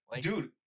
Dude